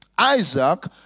Isaac